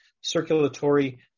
circulatory